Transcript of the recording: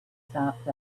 stopped